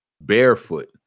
barefoot